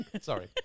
Sorry